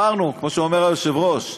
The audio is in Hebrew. כמו שאומר היושב-ראש,